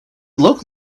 look